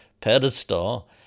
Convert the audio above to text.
pedestal